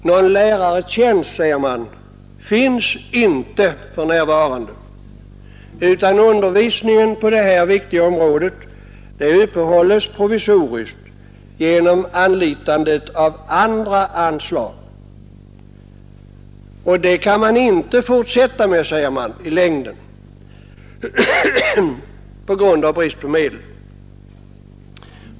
Någon lärartjänst finns för närvarande inte, utan undervisningen på detta viktiga område upprätthålls provisoriskt genom anlitandet av andra anslag. Det kan man på grund av medelsbrist inte fortsätta med i längden, säger man.